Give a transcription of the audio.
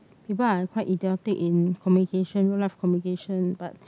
but I quite idiotic in communication real life communication but